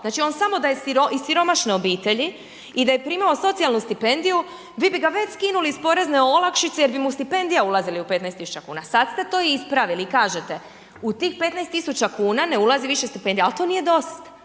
Znači on samo da je iz siromašne obitelji i da je primao socijalnu stipendiju vi bi ga već skinuli sa porezne olakšice jer bi mu stipendija ulazila u 15 000 kn, sad ste to ispravili i kažete, u tih 15 000 kn ne ulazi više stipendija ali to nije dosta.